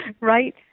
Right